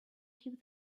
keep